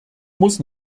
muss